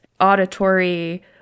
auditory